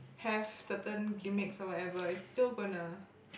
have certain gimmicks or whatever it's still gonna